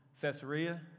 Caesarea